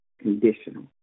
conditional